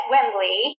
Wembley